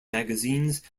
magazines